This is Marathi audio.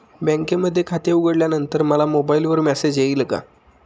बँकेमध्ये खाते उघडल्यानंतर मला मोबाईलवर मेसेज येईल का?